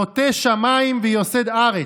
נוטה שמיים ויוסד ארץ,